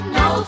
no